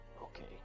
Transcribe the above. Okay